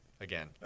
again